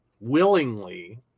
willingly